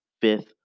fifth